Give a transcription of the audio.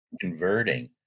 converting